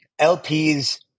LPs